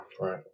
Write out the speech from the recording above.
right